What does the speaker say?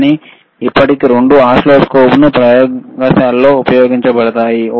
కానీ ఇప్పటికీ రెండు ఓసిల్లోస్కోపులు ప్రయోగశాలలో ఉపయోగించబడతాయి